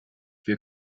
wir